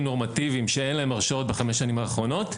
נורמטיביים שאין להם הרשעות בחמש השנים האחרונות,